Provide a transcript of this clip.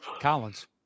Collins